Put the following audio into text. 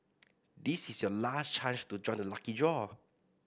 this is your last chance to join the lucky draw